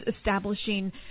establishing